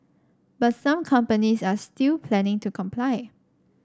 but some companies are still planning to comply